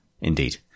indeed